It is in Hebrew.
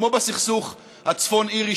כמו בסכסוך בצפון אירלנד,